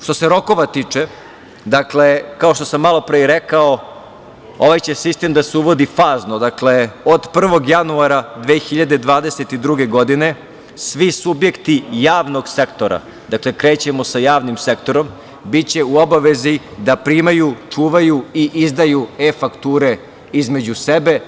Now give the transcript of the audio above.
Što se rokova tiče, kao što sam malopre i rekao, ovaj sistem će da se uvodi fazno, dakle, od 1. januara 2022. godine svi subjekti javnog sektora, dakle, krećemo sa javnim sektorom, biće u obavezi da primaju, čuvaju i izdaju e-fakture između sebe.